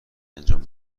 انجام